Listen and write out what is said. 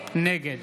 נגד